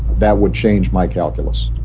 that would change my calculus.